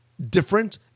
different